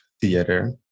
theater